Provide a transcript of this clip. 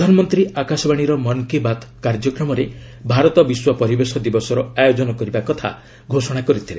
ପ୍ରଧାନମନ୍ତ୍ରୀ ଆକାଶବାଣୀର ମନ୍ କୀ ବାତ୍ କାର୍ଯ୍ୟକ୍ରମରେ ଭାରତ ବିଶ୍ୱ ପରିବେଶ ଦିବସର ଆୟୋଜନ କରିବା କଥା ଘୋଷଣା କରିଥିଲେ